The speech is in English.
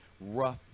rough